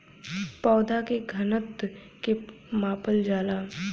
पौधा के घनत्व के मापल जाला